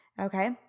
Okay